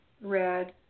red